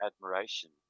admiration